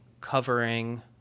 covering